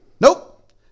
Nope